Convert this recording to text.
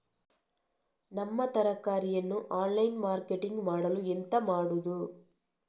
ನಮ್ಮ ತರಕಾರಿಯನ್ನು online marketing ಮಾಡಲು ಎಂತ ಮಾಡುದು?